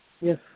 Yes